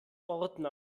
ordner